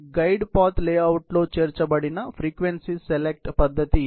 guide path లేఅవుట్లో చేర్చబడిన frequency select పద్ధతి ఇది